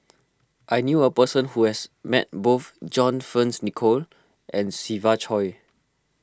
I knew a person who has met both John Fearns Nicoll and Siva Choy